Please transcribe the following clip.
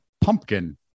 pumpkin